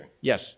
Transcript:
Yes